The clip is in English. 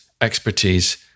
expertise